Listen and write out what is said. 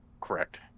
Correct